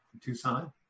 Tucson